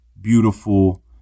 beautiful